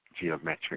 geometric